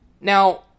Now